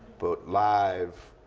but live,